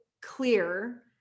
clear